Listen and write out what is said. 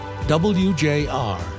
WJR